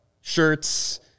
shirts